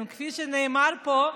כפי שנאמר פה,